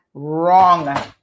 wrong